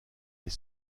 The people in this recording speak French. est